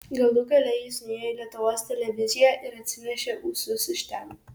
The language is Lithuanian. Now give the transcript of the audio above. galų gale jis nuėjo į lietuvos televiziją ir atsinešė ūsus iš ten